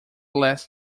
last